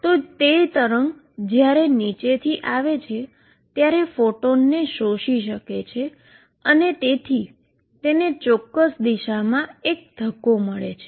તો તે જ્યારે વેવ નીચેથી આવે છે ત્યારે ફોટોનને શોષી શકે છે અને તેથીતેને ચોક્કસ દિશામાં ધક્કો મળે છે